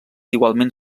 igualment